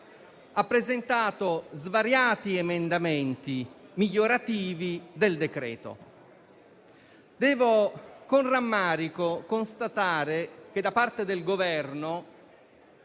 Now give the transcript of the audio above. ha presentato svariati emendamenti migliorativi del testo. Devo con rammarico constatare che da parte del Governo